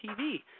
TV